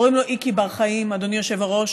קוראים לו איקי בר-חיים, אדוני היושב-ראש.